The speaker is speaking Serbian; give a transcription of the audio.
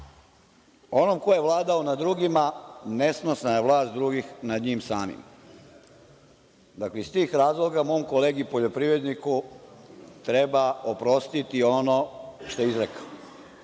onom ko je vladao nad drugima nesnosna je vlast drugih nad njim samim. Iz tih razloga mom kolegi poljoprivredniku treba oprostiti ono što je izrekao. Da